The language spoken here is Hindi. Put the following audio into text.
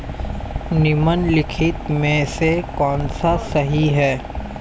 निम्नलिखित में से कौन सा सही है?